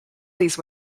these